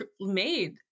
made